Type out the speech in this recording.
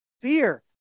Fear